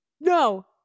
no